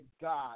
God